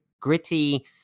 gritty